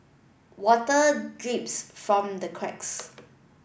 water drips from the cracks